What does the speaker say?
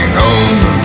home